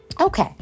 okay